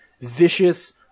vicious